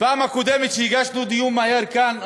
בפעם הקודמת שהגשנו הצעה לדיון מהיר כאן,